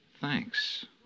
Thanks